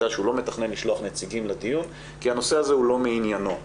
שהוא לא מתכנן לשלוח נציגים לדיון כי הנושא הזה הוא לא מעניינו.